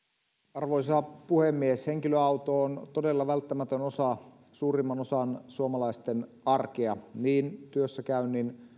arvoisa puhemies henkilöauto on todella välttämätön osa suomalaisten suurimman osan arkea niin työssäkäynnin